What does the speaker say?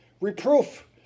Reproof